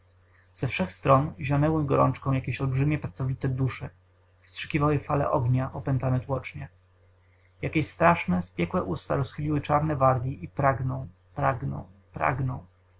ze wszech stron zionęły gorączką jakieś olbrzymie pracowite dusze wstrzykiwały fale ognia opętane tłocznie jakieś straszne spiekłe usta rozchyliły czarne wargi i pragną pragną pragną